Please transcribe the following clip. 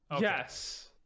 Yes